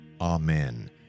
Amen